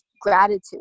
gratitude